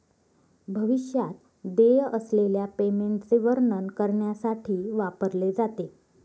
भविष्यात देय असलेल्या पेमेंटचे वर्णन करण्यासाठी वापरले जाते